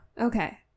Okay